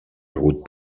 agut